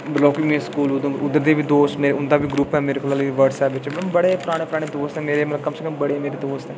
बरोकनी school Udhampur उद्धर दे बी दोस्त न मेरे उंदा बी ग्रुप ऐ हल्ली बी मेरे कोल बट्सएप मतलब बड़े पराने पराने दोस्त न मेरे कम से कम बड़े दोस्त न मेरे